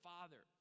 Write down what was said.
Father